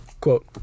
quote